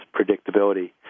predictability